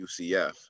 UCF